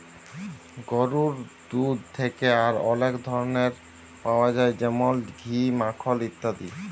গরুর দুহুদ থ্যাকে আর অলেক ধরলের পাউয়া যায় যেমল ঘি, মাখল ইত্যাদি